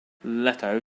leto